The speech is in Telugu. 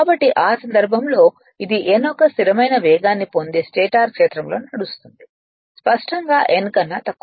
కాబట్టి ఈ సందర్భంలో ఇది n యొక్క స్థిరమైన వేగాన్ని పొందే స్టేటర్ క్షేత్రం లో నడుస్తుంది స్పష్టంగా n కన్నా తక్కువ